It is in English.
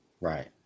Right